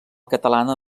catalana